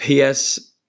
ps